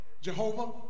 Jehovah